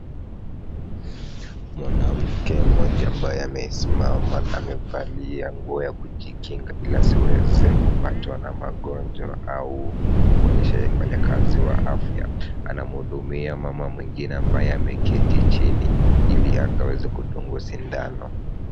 Mwanamke mmoja ambaye amesimama na amevalia nguo ya kujikinga ili asiweze kupatwa na magonjwa au kuonyesha yeye ni mfanyakazi wa afya. Anamhudumia mama mwingine ambaye ameketi chini ili akaweze kudungwa sindano.